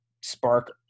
spark